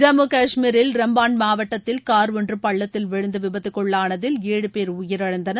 ஜம்மு கஷ்மீரில் ரம்பான் மாவட்டத்தில் கார் ஒன்று பள்ளத்தில் விழுந்து விபத்துக்குள்ளானதில் ஏழு பேர் உயிரிழந்தனர்